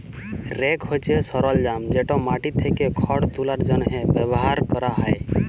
rake হছে সরলজাম যেট মাটি থ্যাকে খড় তুলার জ্যনহে ব্যাভার ক্যরা হ্যয়